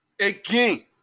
again